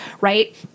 right